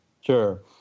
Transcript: Sure